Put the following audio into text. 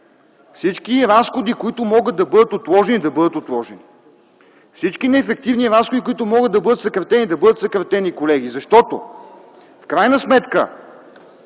всички разходи, които могат да бъдат отложени, да бъдат отложени! Всички неефективни разходи, които могат да бъдат съкратени, да бъдат съкратени, колеги! В крайна сметка,